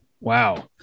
Wow